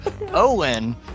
Owen